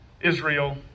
Israel